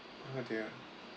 oh dear